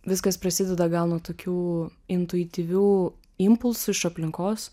viskas prasideda gal nuo tokių intuityvių impulsų iš aplinkos